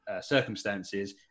circumstances